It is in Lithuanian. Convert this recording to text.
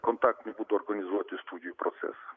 kontaktiniu būdu organizuoti studijų procesą